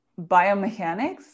biomechanics